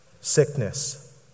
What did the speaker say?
sickness